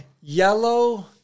yellow